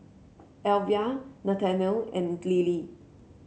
Elvia Nathanial and Lily